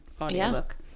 audiobook